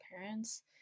parents